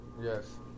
Yes